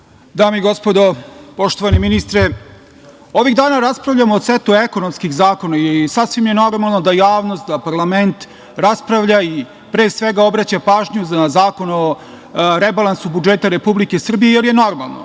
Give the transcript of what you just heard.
narodni poslanici, poštovani ministre, ovih dana raspravljamo o setu ekonomskih zakona i sasvim je normalno da javnost, da parlament raspravlja i pre svega, obraća pažnju na akon o rebalansu budžeta Republike Srbije jer je normalno,